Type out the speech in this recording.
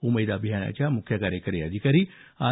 उमेद अभियानाच्या मुख्य कार्यकारी अधिकारी आर